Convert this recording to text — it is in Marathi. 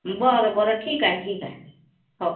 बरं बरं ठीक आहे ठीक आहे हो